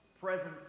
presence